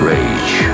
Rage